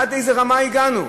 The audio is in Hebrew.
עד איזו רמה הגענו?